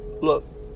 look